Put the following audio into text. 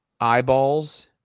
eyeballs